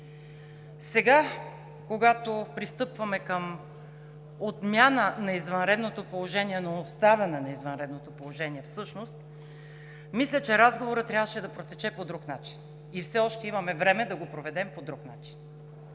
Сега, когато пристъпваме към отмяна на извънредното положение, но оставане на извънредното положение всъщност, мисля, че разговорът трябваше да протече по друг начин и все още имаме време да го проведем по друг начин.